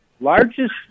largest